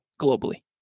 globally